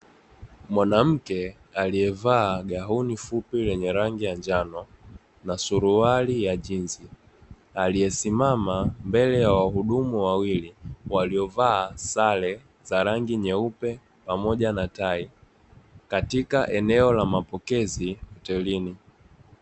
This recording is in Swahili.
Mwanamke aliyevaa gauni fupi lenye rangi ya njano, na suruali ya jinzi, aliyesimama mbele ya wahudumu wawili, waliovaa sare za rangi nyeupe pamoja na tai, katika eneo la mapokezi hotelini.